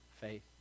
faith